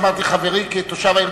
אמרתי חברי כתושב העיר.